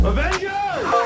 Avengers